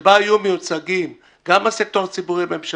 שבה יהיו מיוצגים גם הסקטור הציבורי הממשלתי,